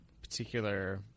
particular